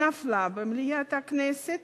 נפלה במליאת הכנסת